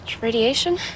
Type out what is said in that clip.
radiation